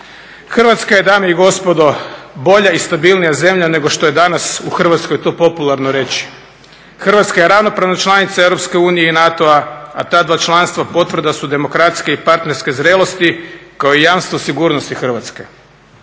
Hrvatska je dame i gospodo bolja i stabilnija zemlja nego što je danas u Hrvatskoj to popularno reći. Hrvatska je ravnopravna članica Europske unije i NATO-a, a ta dva članstva potvrda su demokratske i partnerske zrelosti, kao i jamstvo sigurnosti Hrvatske.